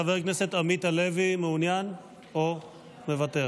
חבר הכנסת עמית הלוי, מעוניין או מוותר?